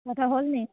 তহঁতৰ হ'ল নেকি